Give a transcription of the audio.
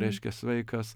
reiškia sveikas